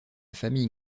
famille